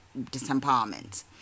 disempowerment